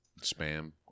Spam